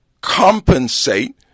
compensate